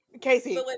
casey